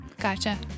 Gotcha